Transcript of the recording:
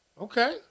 Okay